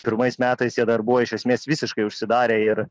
pirmais metais jie dar buvo iš esmės visiškai užsidarę ir